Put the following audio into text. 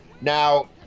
Now